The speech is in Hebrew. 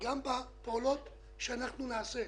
גם בפעולות שאנחנו נעשה,